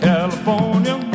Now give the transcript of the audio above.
California